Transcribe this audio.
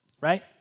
right